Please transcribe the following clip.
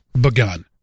begun